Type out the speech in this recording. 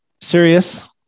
serious